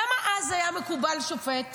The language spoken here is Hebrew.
למה אז היה מקובל שופט,